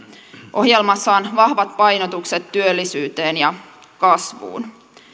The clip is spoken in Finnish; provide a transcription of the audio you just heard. ohjelmassa on vahvat painotukset työllisyyteen ja kasvuun